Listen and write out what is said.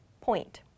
point